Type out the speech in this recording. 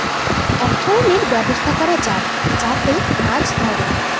এক ধরনের ব্যবস্থা করা যাক যাতে মাছ ধরে